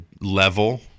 level